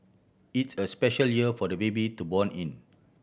it's a special year for the baby to born in